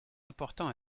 apportant